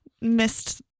missed